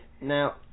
Now